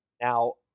now